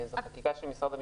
זו חקיקה של משרד המשפטים.